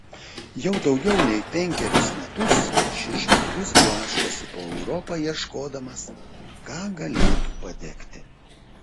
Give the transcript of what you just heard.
jau daugiau nei penkerius metus šis žmogus blaškosi po europą ieškodamas ką galėtų padegti